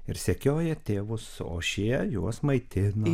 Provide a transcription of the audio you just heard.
ir sekioja tėvus o šie juos maitina